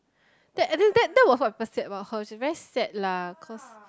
that I think that that was what people said about her she very sad lah cause